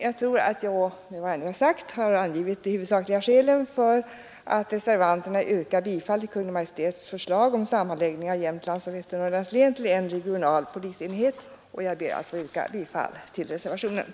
Jag tror att jag med vad jag nu sagt har angivit de huvudsakliga skälen för att reservanterna stödjer Kungl. Maj:ts förslag om sammanläggning av Jämtlands och Västernorrlands län till en regional polisenhet, och jag ber att få yrka bifall till reservationen.